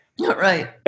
Right